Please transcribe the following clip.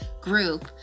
group